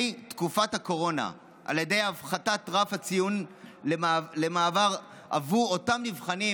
תקופת הקורונה על ידי הפחתת רף הציון למעבר עבור אותם נבחנים,